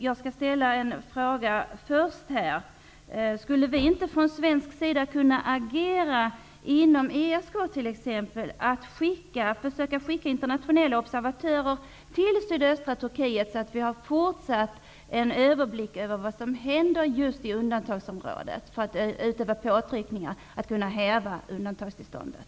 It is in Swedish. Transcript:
Jag vill här fråga: Skulle vi inte från svensk sida kunna agera, t.ex. inom ESK, för att t.ex. försöka skicka internationella observatörer till sydöstra Turkiet så att vi fortsatt har en överblick över vad som händer i undantagsområdet och kan utöva påtryckningar att man skall häva undantagstillståndet?